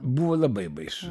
buvo labai baisu